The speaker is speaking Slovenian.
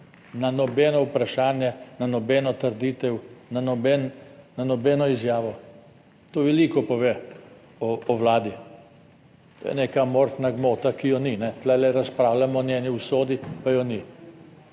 na nobeno vprašanje, na nobeno trditev, na nobeno izjavo, to veliko pove o Vladi. To je neka amorfna gmota, ki je ni. Tu razpravljamo o njeni usodi, pa je ni.